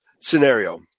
scenario